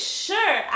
sure